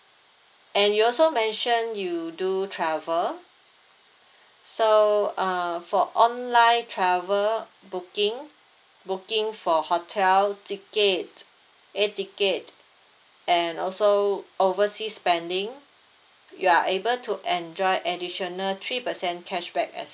and you also mentioned you do travel so uh for online travel booking booking for hotel tickets air ticket and also oversee spending you are able to enjoy additional three percent cashback as